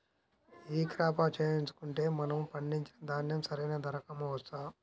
ఈ క్రాప చేయించుకుంటే మనము పండించిన ధాన్యం సరైన ధరకు అమ్మవచ్చా?